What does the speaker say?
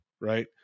Right